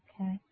Okay